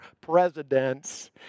presidents